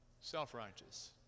Self-righteous